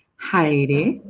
heidi.